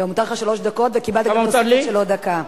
לא, מותר לך שלוש דקות וקיבלת גם תוספת של דקה.